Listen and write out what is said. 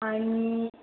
आणि